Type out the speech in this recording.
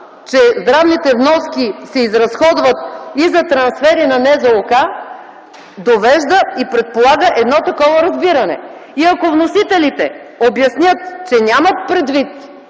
че „здравните вноски се изразходват и за трансфери на НЗОК” довежда и предполага едно такова разбиране. Ако вносителите обяснят, че нямат предвид